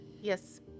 Yes